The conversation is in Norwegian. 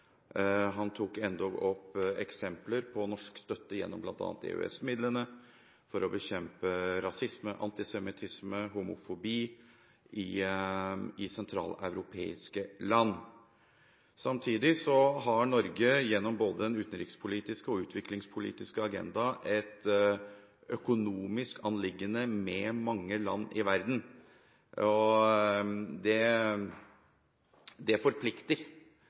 Han tok endog opp eksempler på norsk støtte gjennom bl.a. EØS-midlene for å bekjempe rasisme, antisemittisme og homofobi i sentraleuropeiske land. Samtidig har Norge gjennom både den utenrikspolitiske og utviklingspolitiske agenda et økonomisk anliggende med mange land i verden, og det forplikter. Vi har nå konkretisert det